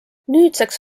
nüüdseks